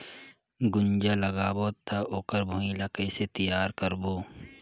गुनजा लगाबो ता ओकर भुईं ला कइसे तियार करबो?